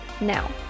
now